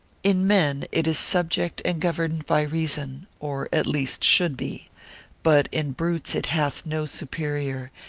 in men it is subject and governed by reason, or at least should be but in brutes it hath no superior,